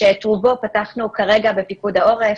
שאותרו בשבוע הזה אנחנו מדברים על הסטטיסטיקה של השבוע הראשון.